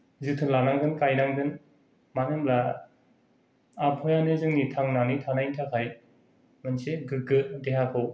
जोथोन लानांगोन गायनांगोन मानो होनब्ला आबहावायानो जोंनि थांनानै थानायनि थाखाय मोनसे गोग्गो देहाखौ